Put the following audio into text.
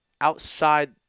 outside